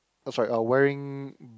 oh sorry uh wearing